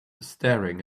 staring